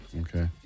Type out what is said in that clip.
Okay